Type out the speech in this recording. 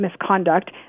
misconduct